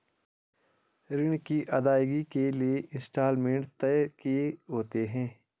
ऋण की अदायगी के लिए इंस्टॉलमेंट तय किए होते हैं